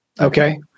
Okay